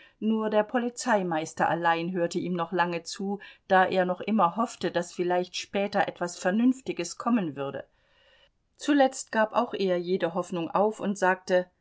nur der polizeimeister allein hörte ihm noch lange zu da er noch immer hoffte daß vielleicht später etwas vernünftiges kommen würde zuletzt gab auch er jede hoffnung auf und sagte